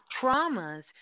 traumas